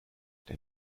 der